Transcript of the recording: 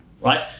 right